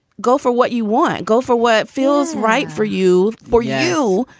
go for what you want. go for what feels right for you. for you.